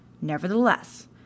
Nevertheless